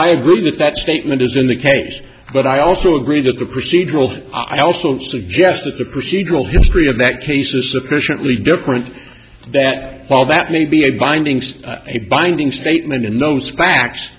i agree with that statement isn't the case but i also agree that the procedural i also suggest that the procedural history of that case is sufficiently different that while that may be a binding such a binding statement and those facts